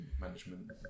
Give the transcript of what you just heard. management